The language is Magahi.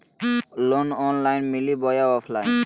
लोन ऑनलाइन मिली बोया ऑफलाइन?